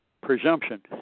Presumption